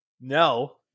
no